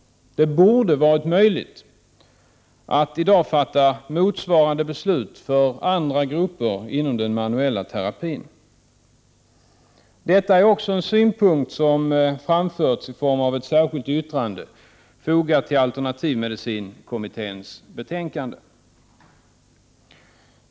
Det borde varit möjligt att i dag fatta motsvarande beslut för andra grupper inom den manuella terapin. Detta är också en synpunkt som framförts i form av ett särskilt yttrande fogat till alternativmedicinkommitténs betänkande.